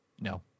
No